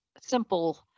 simple